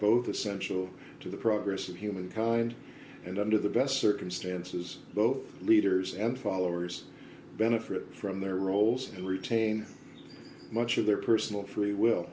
both essential to the progress of humankind and under the best circumstances both leaders and followers benefit from their roles and retain much of their personal free will